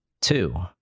two